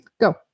go